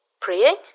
Praying